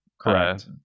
correct